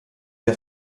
der